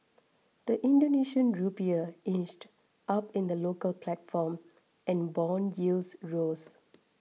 the Indonesian Rupiah inched up in the local platform and bond yields rose